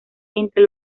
entre